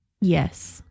Yes